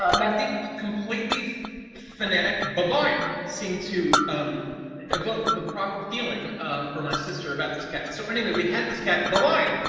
ah method? completely phonetic. baboing! seemed to um evoke the proper feeling um for my sister about this cat. so anyway, we had this cat baboing!